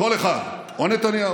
כל אחד, או נתניהו.